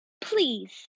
Please